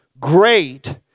great